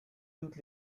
toutes